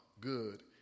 good